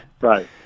right